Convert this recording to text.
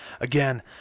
again